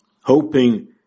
Hoping